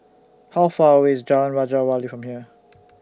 How Far away IS Jalan Raja Wali from here